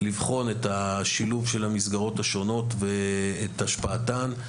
לבחון את השילוב של המסגרות השונות ואת השפעתן,